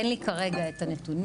אין לי כרגע את הנתונים,